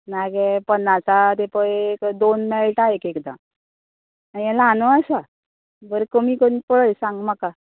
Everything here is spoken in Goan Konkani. ना गे पन्नासा बी पळय दोन मेळटा एक एकदां आनी हे ल्हान आसा बरें कमी करून पळय सांग म्हाका